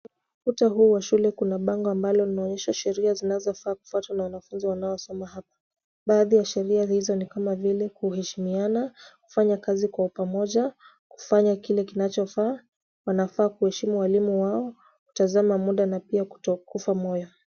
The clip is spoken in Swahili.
Ukuta huu wa shule kuna pango ambalo linaonyesha Sheria zinazofaa kufuatwa na wanafunzi wanaosoma hapa. Baadhi ya Sheria hizi ni Kama vile, kuheshimiana, kufanya kazi kwa Pamoja, kufanya kile kinachofaa, wanafaa kuheshimu walimu wao, kutazama muda na pia kutokufa moyo.